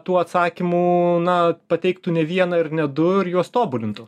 tų atsakymų na pateiktų ne vieną ir ne du ir juos tobulintų